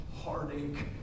heartache